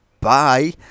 bye